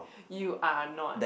you are not